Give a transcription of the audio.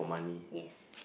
yes